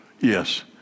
Yes